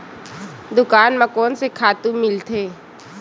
दुकान म कोन से खातु मिलथे?